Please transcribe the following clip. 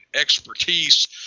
expertise